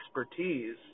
expertise